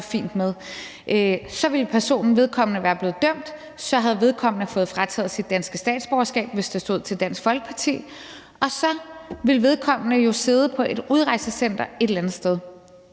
fint med. Personen ville være blevet dømt, og så havde vedkommende fået frataget sit danske statsborgerskab, hvis det stod til Dansk Folkeparti, og så ville vedkommende jo sidde på et udrejsecenter et eller andet sted.